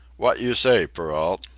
wot you say, perrault?